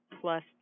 plus